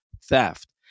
theft